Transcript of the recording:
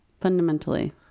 Fundamentally